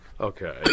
Okay